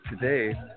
today